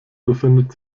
befindet